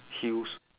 heels